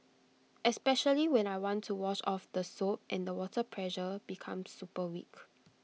especially when I want to wash off the soap and the water pressure becomes super weak